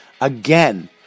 again